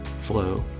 flow